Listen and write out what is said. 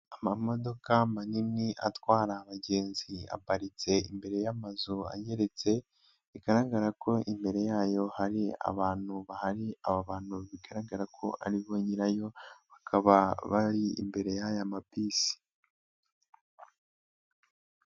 Amamodoka manini atwara abagenzi aparitse imbere y'amazu ageretse, bigaragara ko imbere yayo hari abantu bahari aba bantu bigaragara ko ari bo nyirayo bakaba bari imbere y'aya mabisi.